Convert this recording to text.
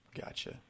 Gotcha